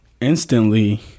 Instantly